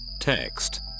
Text